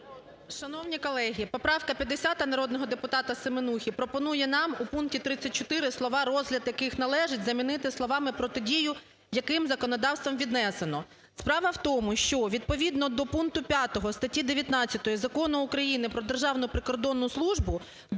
Шановні колеги, поправка 50 народного депутата Семенухи пропонує нам у пункті 34 слова "розгляд яких належить" замінити "протидію яким законодавством віднесено". Справа у тому, що відповідно до пункту 5 статті 19 Закону України "Про державну прикордонну службу"